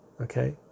Okay